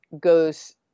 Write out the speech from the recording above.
goes